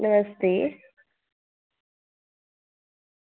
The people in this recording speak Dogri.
नमस्ते